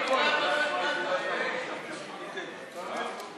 כהצעת הוועדה, נתקבלו.